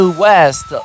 West